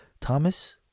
Thomas